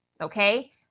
okay